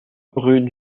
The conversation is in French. rue